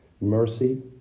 mercy